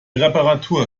reparatur